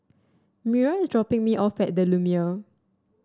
Mira is dropping me off at the Lumiere